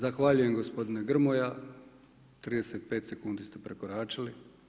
Zahvaljujem gospodine Grmoja, 35 sekundi ste prekoračili.